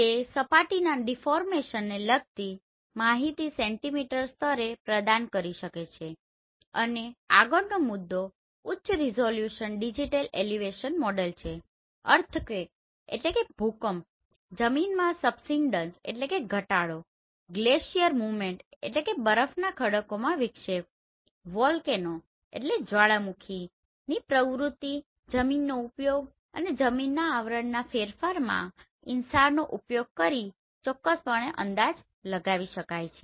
તે સપાટીના ડીફોર્મેષનને લગતી માહિતી સેન્ટીમીટર સ્તરે પ્રદાન કરી શકે છે અને આગળનો મુદ્દો ઉચ્ચ રીઝોલ્યુશન ડિજિટલ એલિવેશન મોડેલ છેઅર્થક્વેકearthquakeભૂકંપ જમીનમાં સબ્સીડંસsubsidenceઘટાડો ગ્લેશિયર મૂવમેન્ટglacier movementબરફના ખડકોમાં વિક્ષેપ વોલ્કેનો volcanoજ્વાળામુખીની પ્રવૃત્તિ જમીનનો ઉપયોગ અને જમીનના આવરણના ફેરફારમાં આ INSARનો ઉપયોગ કરીને ચોક્કસપણે અંદાજ લગાવી શકાય છે